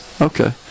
okay